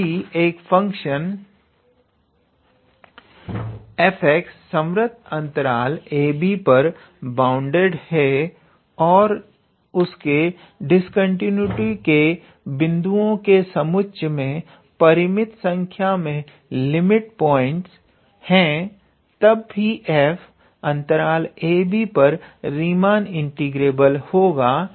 यदि एक function f संवर्त अंतराल ab पर बाउंडेड और उसके डिस्कंटीन्यूटी के बिंदुओं के समुच्चय में परिमित संख्या में लिमिट पॉइंट्स है तब भी f ab पर रीमान इंटीग्रेबल होगा